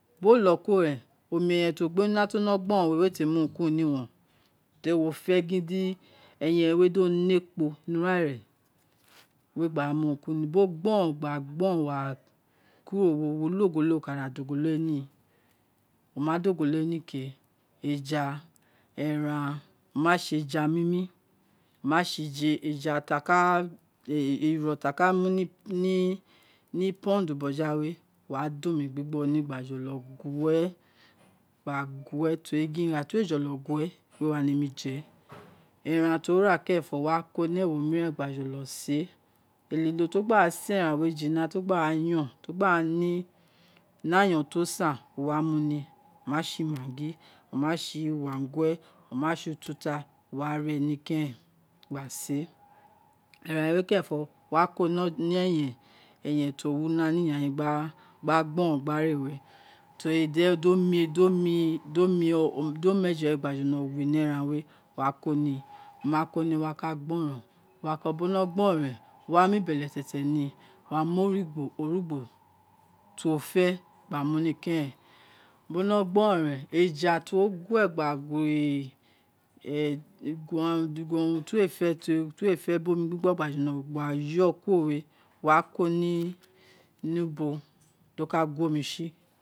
Di wo lọ kuro rẹn, omi re ti wo gbe ni una ti ono gboron we te mu urun ki u̱run wun then wo fẹ gin di ẹyẹn we do ne ekpo ni urarẹ wèè gbàà mu urun ki urun ni wun bio gboron gba gboron wa ra kuro wo lọ ogolo we ni, wo ma da ogolo wē ni ke ̄, eja eran o ma sē eja mimi, o ma si eja ti a ka iro ti aka muni pond bojo ghawe wa da omi gbigbọ ni gba jo̱lọ gue tori gin ira ti we jolo gue isē wā nēmi je eran ti uwo ra kẹrẹn fọ, wo wa ko ni ewo iniren gba jolo sē, ēlilo ti wo gbāā sē ẹran wē fina ti o gbáà yon ti o gba ne a yon ti o san wami ni o ma sē maggi o ma se luosh gue, o ma se ututa ware ni keren gba sēē eran we kẹrẹn fo wa ko mi eyen tio wi una ni iyanyin gba gborọn gbare tori do mi omeje we gba jolo wọ inọ eran wē wa ko ni, wako ni owa ka gbọ ron irati o gba gbo rọn ren wa mi beletiebe ni wo wa mie orugbo ti uwo fẹ gba mu ni kẹrẹn bi oṇọ gboron ren ejati wo gue gba gbi ti wēe fe gba omi gbi gbo gba yō ō kuro we ̄ wa ko ni ubo di o ka guo mi ṣi